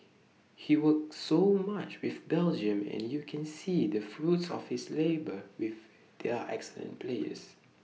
he's worked so much with Belgium and you can see the fruits of his labour with their excellent players